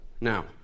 Now